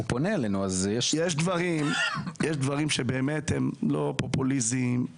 יש דברים שהם לא פופוליסטים,